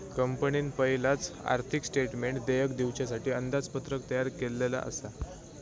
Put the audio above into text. कंपनीन पयलाच आर्थिक स्टेटमेंटमध्ये देयक दिवच्यासाठी अंदाजपत्रक तयार केल्लला आसा